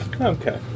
Okay